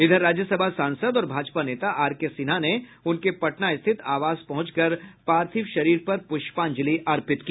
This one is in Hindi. इधर राज्यसभा सांसद और भाजपा नेता आरके सिन्हा ने उनके पटना स्थित आवास पहुंचकर पार्थिव शरीर पर पुष्पांजलि अर्पित की